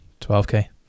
12K